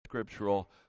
scriptural